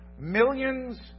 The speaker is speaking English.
millions